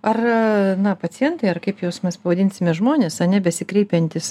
ar na pacientai ar kaip juos mes pavadinsime žmonės ane besikreipiantys